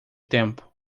tempo